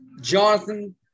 Jonathan